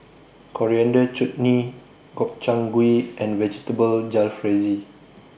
Coriander Chutney Gobchang Gui and Vegetable Jalfrezi